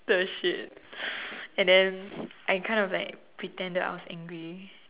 the shit and then I kind of like pretend that I was angry